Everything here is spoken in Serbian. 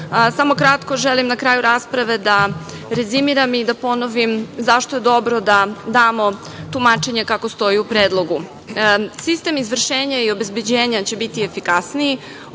kratko želim na kraju rasprave da rezimiram i da ponovim zašto je dobro da damo tumačenje kako stoji u predlogu. Sistem izvršenja i obezbeđenja će biti efikasniji,